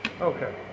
okay